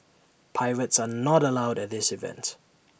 pirates are not allowed at this event